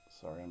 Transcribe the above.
Sorry